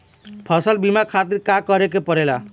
फसल बीमा खातिर का करे के पड़ेला?